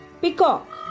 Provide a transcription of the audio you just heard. peacock